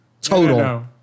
total